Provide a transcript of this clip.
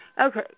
Okay